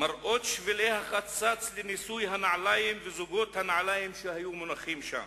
מראות שבילי החצץ וניסוי הנעליים וזוגות הנעליים שהיו מונחים שם,